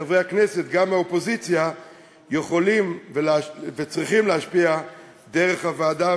חברי הכנסת גם מהאופוזיציה יכולים וצריכים להשפיע דרך הוועדה.